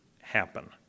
happen